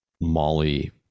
Molly